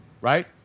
right